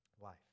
life